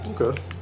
Okay